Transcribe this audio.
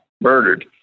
murdered